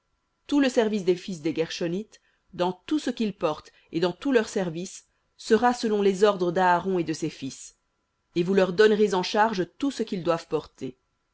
tout le service des fils des guershonites dans tout ce qu'ils portent et dans tout leur service sera selon les ordres d'aaron et de ses fils et vous leur donnerez en charge tout ce qu'ils doivent porter